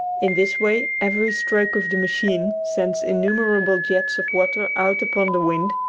in this way every stroke of the machine sends innumerable jets of water out upon the wind,